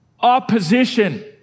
opposition